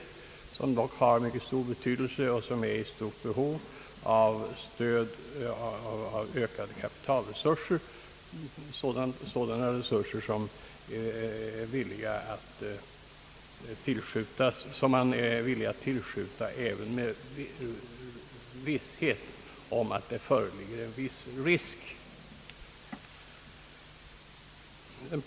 Det gäller en arbetsuppgift av mycket stor betydelse och som är i stort behov av ökade kapitalresurser, resurser som man är villig att tillskjuta i medvetandet om att det innebär ett visst risk tagande.